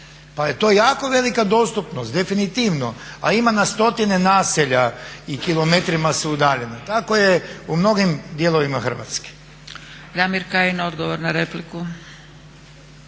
pa je to jako velika dostupnost, definitivno. A ima na stotine naselja i kilometrima su udaljeni. Tako je u mnogim dijelovima Hrvatske.